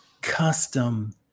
custom